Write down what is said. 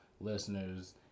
listeners